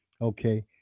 okay